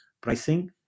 pricing